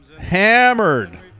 hammered